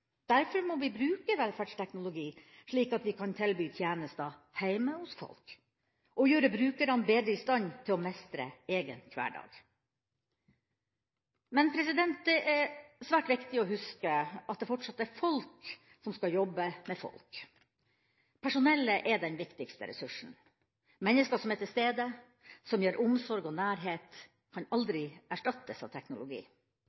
Derfor må vi bruke velferdsteknologi slik at vi kan tilby tjenester hjemme hos folk og gjøre brukerne bedre i stand til å mestre egen hverdag. Men det er svært viktig å huske at det fortsatt er folk som skal jobbe med folk. Personellet er den viktigste ressursen. Menneskene som er til stede, som gir omsorg og nærhet, kan